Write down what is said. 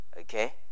okay